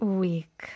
week